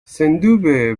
sendube